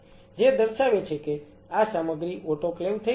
જે દર્શાવે છે કે આ સામગ્રી ઓટોક્લેવ થઇ ગઈ છે